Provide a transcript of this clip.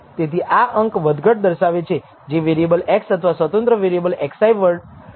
તેથી આ અંક વધઘટ દર્શાવે છે જે વેરિએબલ x અથવા સ્વતંત્ર વેરિએબલ xi વડે સમજાવેલ છે